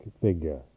figure